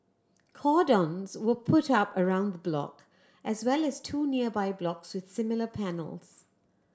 cordons were put up around the block as well as two nearby blocks with similar panels